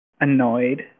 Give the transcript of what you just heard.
annoyed